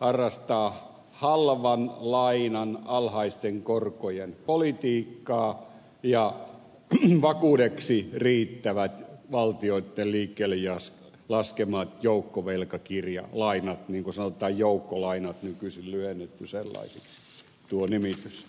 harrastaa halvan lainan alhaisten korkojen politiikkaa ja vakuudeksi riittävät valtioiden liikkeelle laskemat joukkovelkakirjalainat niin kuin sanotaan joukkolainat kun tuo nimitys on nykyisin lyhennetty sellaiseksi